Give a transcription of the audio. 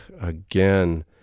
again